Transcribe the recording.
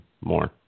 more